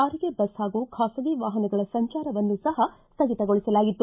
ಸಾರಿಗೆ ಬಸ್ ಹಾಗೂ ಖಾಸಗಿ ವಾಹನಗಳ ಸಂಚಾರವನ್ನೂ ಸ್ವಗಿತಗೊಳಿಸಲಾಗಿತ್ತು